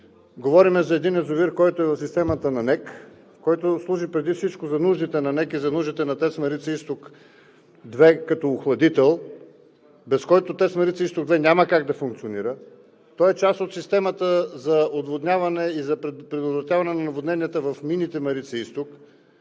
говорим за един язовир, който е в системата на НЕК, който служи преди всичко за нуждите на НЕК и за нуждите на „ТЕЦ Марица изток 2“ като охладител, без който „ТЕЦ Марица изток 2“ няма как да функционира. Той е част от системата за отводняване и за предотвратяване на наводненията в „Мини Марица изток“,